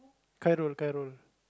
Khairul Khairul